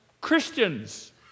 Christians